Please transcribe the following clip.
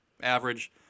Average